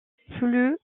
plus